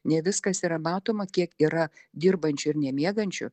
ne viskas yra matoma kiek yra dirbančių ir nemiegančių